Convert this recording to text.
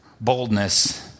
boldness